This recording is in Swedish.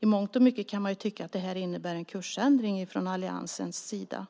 I mångt och mycket kan man tycka att det innebär en kursändring från alliansens sida.